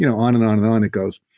you know on and on and on it goes.